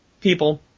people